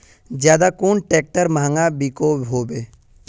ज्यादा कुन ट्रैक्टर महंगा बिको होबे?